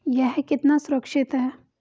यह कितना सुरक्षित है?